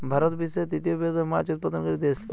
ভারত বিশ্বের তৃতীয় বৃহত্তম মাছ উৎপাদনকারী দেশ